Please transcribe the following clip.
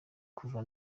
kuva